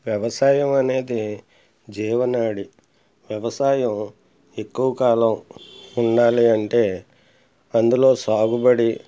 వ్యవసాయం అనేది జీవనాడి వ్యవసాయం ఎక్కువ కాలం ఉండాలి అంటే అందులో సాగుబడి